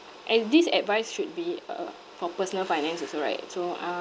and this advice should be uh for personal finance also right so uh